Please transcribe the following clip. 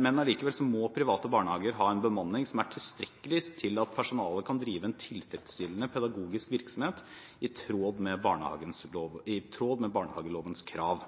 men likevel må private barnehager ha en bemanning som er tilstrekkelig til at personalet kan drive en tilfredsstillende pedagogisk virksomhet, i tråd med